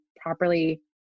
properly